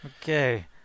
Okay